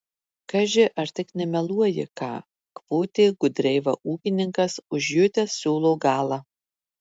kaži ar tik nemeluoji ką kvotė gudreiva ūkininkas užjutęs siūlo galą